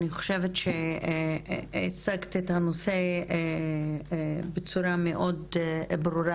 אני חושבת שהצגת את הנושא בצורה מאוד ברורה,